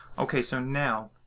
ok. so now,